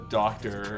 doctor